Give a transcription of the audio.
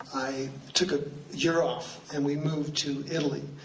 i took a year off, and we moved to italy.